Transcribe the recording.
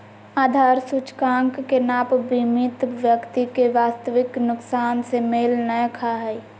आधार सूचकांक के नाप बीमित व्यक्ति के वास्तविक नुकसान से मेल नय खा हइ